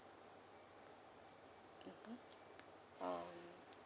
mmhmm um